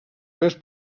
més